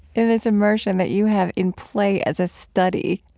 in this immersion that you have in play as a study,